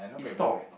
it stop